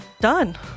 Done